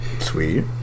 Sweet